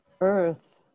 earth